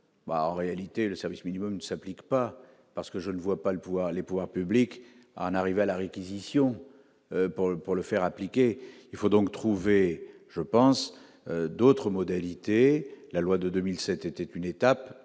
en réalité, le service minimum n'est pas mis en oeuvre. Je ne vois pas les pouvoirs publics en arriver à la réquisition pour le faire appliquer. Il faut donc trouver d'autres modalités. La loi de 2007 était une étape.